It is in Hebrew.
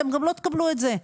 אתם גם לא תקבלו את זה.